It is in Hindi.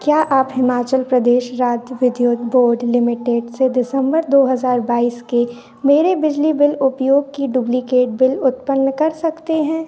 क्या आप हिमाचल प्रदेश राज्य विद्युत बोर्ड लिमिटेड से दिसंबर दो हज़ार बाईस के मेरे बिजली बिल उपयोग की डुप्लिकेट बिल उत्पन्न कर सकते हैं